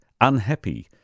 unhappy